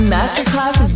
Masterclass